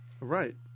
Right